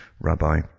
rabbi